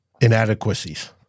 inadequacies